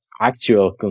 actual